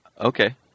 Okay